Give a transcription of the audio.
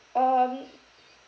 um